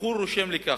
בחור רושם לי כך: